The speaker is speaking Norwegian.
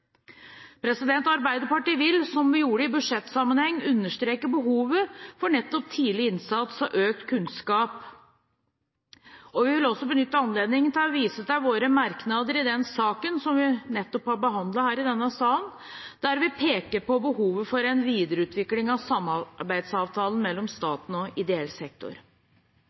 Arbeiderpartiet vil, som vi gjorde i budsjettsammenheng, understreke behovet for nettopp tidlig innsats og økt kunnskap. Vi vil også benytte anledningen til å vise til våre merknader i den saken som vi nettopp har behandlet her i denne salen, der vi peker på behovet for en videreutvikling av samarbeidsavtalen mellom staten og ideell sektor.